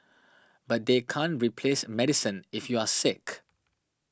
but they can't replace medicine if you're sick